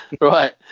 Right